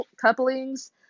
couplings